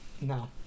No